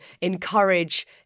encourage